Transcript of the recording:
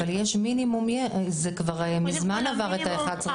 אבל יש מינימום, זה כבר מזמן עבר את 11 החודשים.